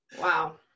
Wow